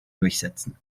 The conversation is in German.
durchsetzen